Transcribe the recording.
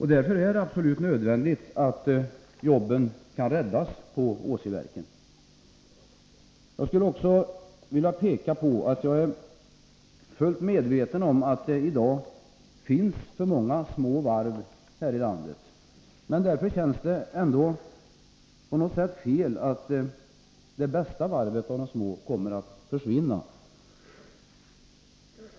Därför är det absolut nödvändigt att jobben kan räddas vid Åsiverken. Jag skulle också vilja peka på att jag är fullt medveten om att det i dag finns för många små varv här i landet. Men det känns ändå på något sätt fel att det bästa av dem skall försvinna.